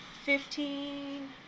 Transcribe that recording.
Fifteen